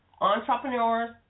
entrepreneurs